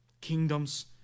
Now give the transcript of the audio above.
Kingdoms